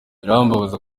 birambabaza